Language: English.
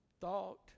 thought